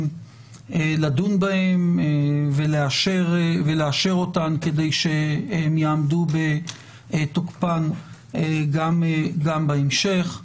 לדון בהן ולאשר אותן כדי שהן יעמדו בתוקפן גם בהמשך.